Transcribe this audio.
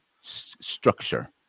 structure